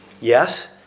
Yes